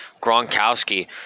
Gronkowski